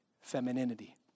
femininity